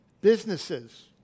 Businesses